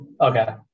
Okay